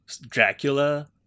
Dracula